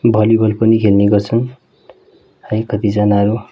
volleyball पनि खेल्ने गर्छन् है कतिजनाहरू